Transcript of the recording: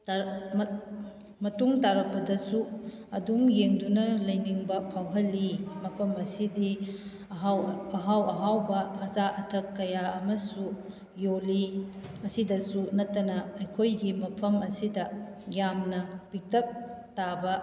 ꯃꯇꯨꯡ ꯇꯥꯔꯛꯄꯗꯁꯨ ꯑꯗꯨꯝ ꯌꯦꯡꯗꯨꯅ ꯂꯩꯅꯤꯡꯕ ꯐꯥꯎꯍꯜꯂꯤ ꯃꯐꯝ ꯑꯁꯤꯗꯤ ꯑꯍꯥꯎ ꯑꯍꯥꯎ ꯑꯍꯥꯎꯕ ꯑꯆꯥ ꯑꯊꯛ ꯀꯌꯥ ꯑꯃꯁꯨ ꯌꯣꯜꯂꯤ ꯃꯁꯤꯗꯁꯨ ꯅꯠꯇꯅ ꯑꯩꯈꯣꯏꯒꯤ ꯃꯐꯝ ꯑꯁꯤꯗ ꯌꯥꯝꯅ ꯄꯤꯛꯇꯛ ꯇꯥꯕ